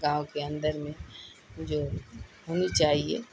گاؤں کے اندر میں جو ہونی چاہیے